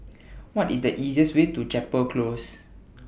What IS The easiest Way to Chapel Close